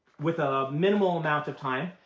with a minimal amount of time.